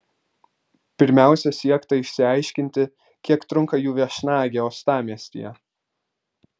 pirmiausia siekta išsiaiškinti kiek trunka jų viešnagė uostamiestyje